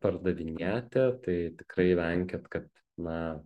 pardavinėti tai tikrai venkit kad na